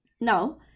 Now